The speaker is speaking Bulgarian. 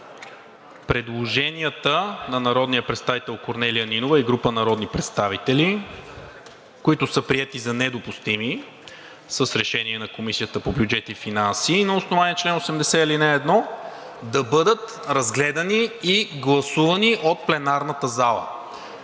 предложенията на народния представител Корнелия Нинова и група народни представители, които са приети за недопустими с решение на Комисията по бюджет и финанси и на основание чл. 80, ал. 1, да бъдат разгледани и гласувани от пленарната залата.